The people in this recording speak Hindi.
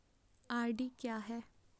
आर.डी क्या है?